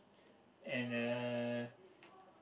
and uh